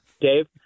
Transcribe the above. Dave